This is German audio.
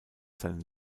seine